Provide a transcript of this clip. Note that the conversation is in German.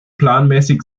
planmäßig